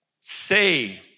say